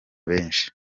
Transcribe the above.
benshi